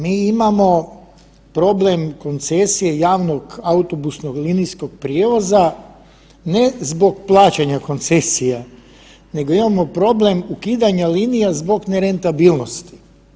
Mi imamo problem koncesije javnog autobusnog linijskog prijevoza ne zbog plaćanja koncesija nego imamo problem ukidanja linija zbog nerentabilnosti.